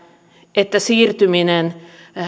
että siirtyminen